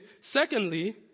Secondly